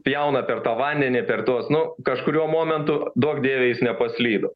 pjauna per tą vandenį per tuos nu kažkuriuo momentu duok dieve jis nepaslydo